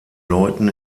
leuten